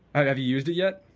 have you used it yet?